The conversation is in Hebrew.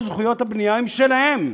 וכל זכויות הבנייה הן שלהם,